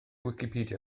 wicipedia